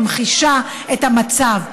ממחישה את המצב.